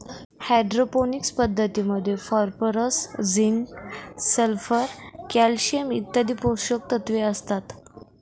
hydroponics पद्धतीमध्ये phosphorus, zinc, sulphur, calcium इत्यादी पोषकतत्व असतात